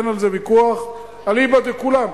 אין על זה ויכוח אליבא דכולם,